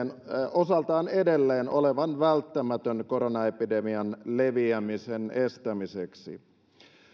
osaltaan edelleen olevan välttämätön koronaepidemian leviämisen estämiseksi